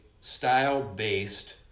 style-based